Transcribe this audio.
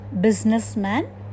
businessman